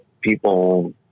people